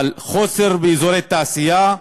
אבל חוסר באזורי תעשייה,